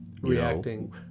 reacting